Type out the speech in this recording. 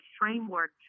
framework